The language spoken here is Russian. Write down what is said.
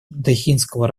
дохинского